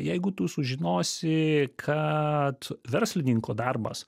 jeigu tu sužinosi kad verslininko darbas